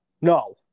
No